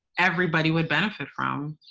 everybody would benefit from,